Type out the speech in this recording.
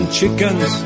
chickens